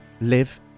live